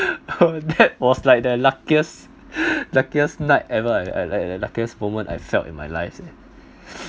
that was like the luckiest luckiest night ever I I I like the luckiest moment I felt in my life